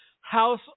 House